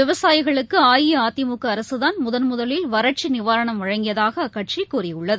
விவசாயிகளுக்கு அஇஅதிமுக அரசுதான் முதன்முதலில் வறட்சி நிவாரணம் வழங்கியதாக அக்கட்சி கூறியுள்ளது